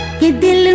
he'd been